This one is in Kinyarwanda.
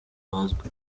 bazwi